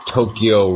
Tokyo